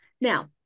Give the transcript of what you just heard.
Now